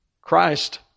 Christ